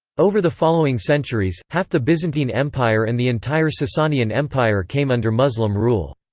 over the following centuries, half the byzantine empire and the entire sasanian empire came under muslim rule.